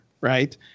right